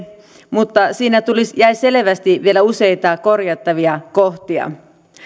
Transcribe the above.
mutta siihen jäi selvästi vielä useita korjattavia kohtia